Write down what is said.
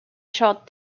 short